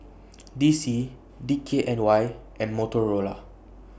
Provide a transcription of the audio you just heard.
D C D K N Y and Motorola